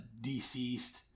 Deceased